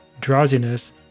drowsiness